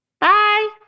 bye